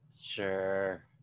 Sure